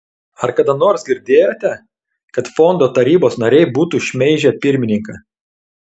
ar kada nors girdėjote kad fondo tarybos nariai būtų šmeižę pirmininką